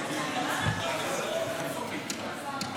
קרעי,